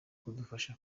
kudufasha